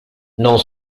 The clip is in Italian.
non